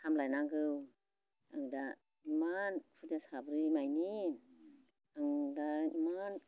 सामलायनांगौ आं दा इमान खुदिया साब्रै मानि आं दा इमान